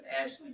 Ashley